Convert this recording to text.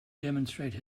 demonstrate